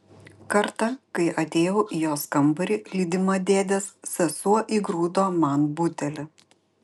kartą kai atėjau į jos kambarį lydima dėdės sesuo įgrūdo man butelį